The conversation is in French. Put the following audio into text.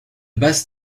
basse